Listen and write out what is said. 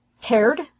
cared